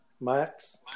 Max